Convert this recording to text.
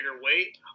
weight